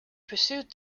pursued